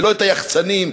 ולא היחצנים,